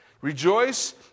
Rejoice